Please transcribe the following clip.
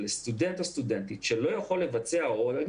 סטודנט או סטודנטית שלא יכולים לבצע או רוצים